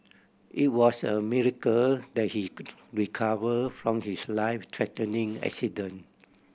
it was a miracle that he recovered from his life threatening accident